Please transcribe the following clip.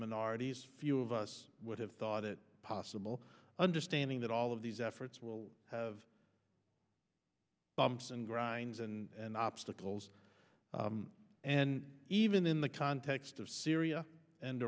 minorities few of us would have thought it possible understanding that all of these efforts will have bumps and grinds and obstacles and even in the context of syria and